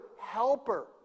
helper